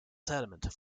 settlement